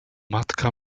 matka